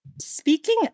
speaking